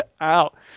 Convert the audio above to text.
out